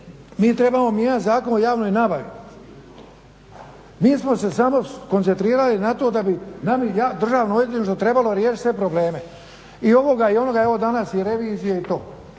mi trebamo mijenjati Zakon o javnoj nabavi. Mi smo se samo skoncentrirali na to da bi nama Državno odvjetništvo trebalo riješiti sve probleme i ovoga i onoga evo danas i revizije.